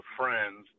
friends